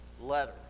letter